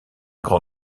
grand